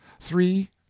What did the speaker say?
three